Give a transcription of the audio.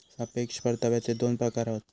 सापेक्ष परताव्याचे दोन प्रकार हत